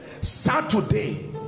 Saturday